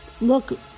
look